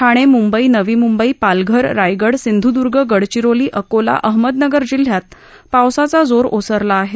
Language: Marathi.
ठाणे मुंबई नवी मुंबई पालघर रायगड सिंधुदुर्ग गडचिरोली अकोला अहमदनगर जिल्ह्यात पावसाचा जोर ओसरला आहे